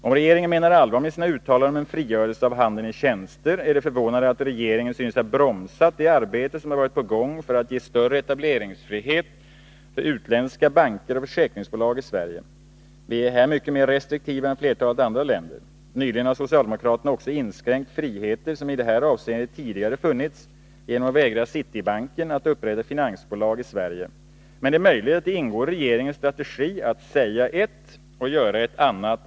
Om regeringen menar allvar med sina uttalanden om en frigörelse av handeln i tjänster, är det förvånande att regeringen synes ha bromsat det arbete som har varit på gång för att ge större etableringsfrihet för utländska banker och försäkringsbolag i Sverige. Vi är här mycket mer restriktiva än flertalet andra länder. Nyligen har socialdemokraterna också inskränkt friheter som i detta avseende tidigare funnits, genom att vägra Citibank att inrätta ett finansbolag i Sverige. Men det är möjligt att det ingår i regeringens strategi att säga ett och göra ett annat.